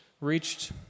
reached